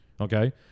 Okay